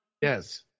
Yes